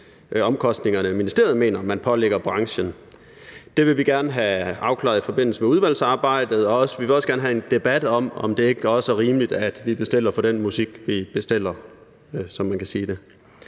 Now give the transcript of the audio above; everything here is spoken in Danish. omkostninger ministeriet mener man pålægger branchen. Det vil vi gerne have afklaret i forbindelse med udvalgsarbejdet, og vi vil også gerne have en debat om, om det ikke også er rimeligt, at vi betaler for den musik, vi bestiller, kan man sige.